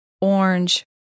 orange